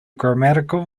grammatical